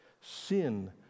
Sin